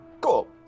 Cool